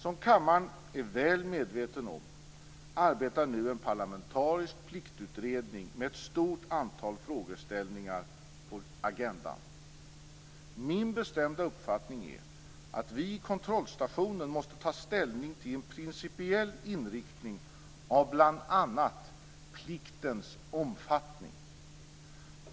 Som kammaren är väl medveten om arbetar nu en parlamentarisk pliktutredning med ett stort antal frågeställningar på agendan. Min bestämda uppfattning är att vi i kontrollstationen måste ta ställning till en principiell inriktning av bl.a. pliktens omfattning.